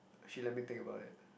actually let me think about it